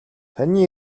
таны